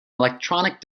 electronic